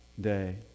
day